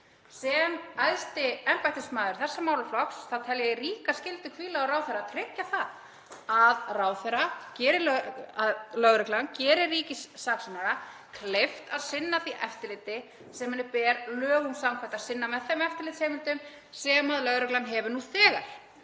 Sem æðsti embættismaður þessa málaflokks tel ég ríkar skyldur hvíla á ráðherra að tryggja það að lögreglan gerir ríkissaksóknara kleift að sinna því eftirliti sem honum ber lögum samkvæmt að sinna, með þeim eftirlitsheimildum sem lögreglan hefur nú þegar.